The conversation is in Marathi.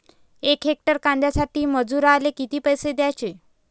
यक हेक्टर कांद्यासाठी मजूराले किती पैसे द्याचे?